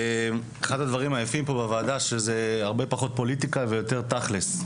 אחד הדברים היפים פה בוועדה שזה הרבה פחות פוליטיקה ויותר תכלס,